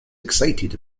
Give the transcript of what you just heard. excited